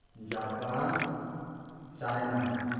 Japan China